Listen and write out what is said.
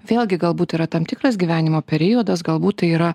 vėlgi galbūt yra tam tikras gyvenimo periodas galbūt tai yra